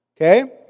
okay